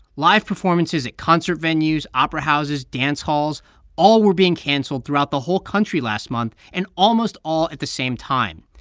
live performances at concert venues, opera houses, dance halls all were being canceled throughout the whole country last month and almost all at the same time.